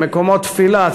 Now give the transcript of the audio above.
מקומות תפילה,